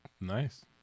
Nice